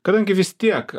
kadangi vis tiek